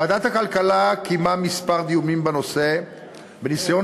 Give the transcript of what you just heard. ועדת הכלכלה קיימה כמה דיונים בנושא בניסיון